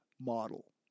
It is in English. model